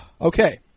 Okay